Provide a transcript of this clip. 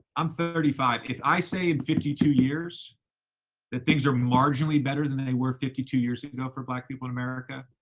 i'm thirty five. if i say in fifty two years that things are marginally better than than they were fifty two years ago for black people in america,